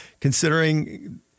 considering –